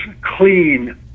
clean